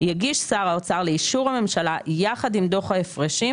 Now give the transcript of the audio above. יגיש שר האוצר לאישור הממשלה יחד עם דוח ההפרשים,